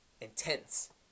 intense